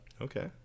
Okay